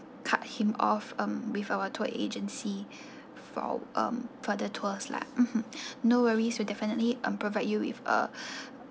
cut him off um with our tour agency for um for the tours lah mmhmm no worries we'll definitely um provide you with a